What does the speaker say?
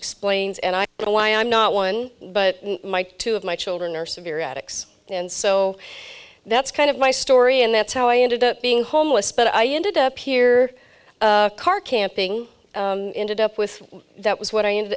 explains and i know why i'm not one but two of my children are severe attics and so that's kind of my story and that's how i ended up being homeless but i ended up here car camping ended up with that was what i